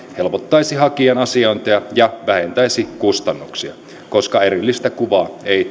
helpottaisi hakijan asiointeja ja vähentäisi kustannuksia koska erillistä kuvaa ei